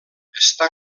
està